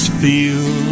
feel